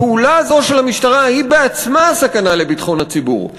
הפעולה הזו של המשטרה היא בעצמה הסכנה לביטחון הציבור,